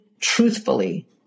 truthfully